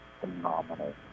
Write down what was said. phenomenal